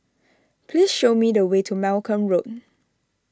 please show me the way to Malcolm Road